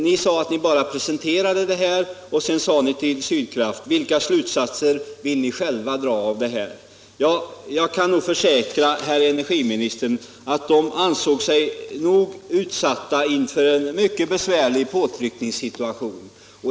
Ni sade att ni bara presenterade materialet och sedan frågade Sydkraft: Vilka slutsatser vill ni själva dra av detta? Jag kan försäkra herr energiministern att företrädarna för Sydkraft nog ansåg sig försatta i en mycket besvärlig påtryckningssituation.